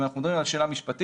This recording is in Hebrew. אם אנחנו מדברים על שאלה משפטית,